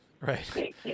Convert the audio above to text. Right